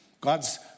God's